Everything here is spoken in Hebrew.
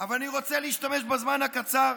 אבל אני רוצה להשתמש בזמן הקצר,